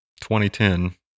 2010